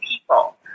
people